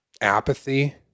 apathy